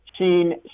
seen